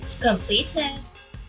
completeness